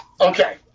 Okay